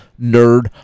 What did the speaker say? nerd